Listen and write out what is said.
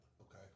Okay